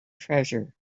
treasure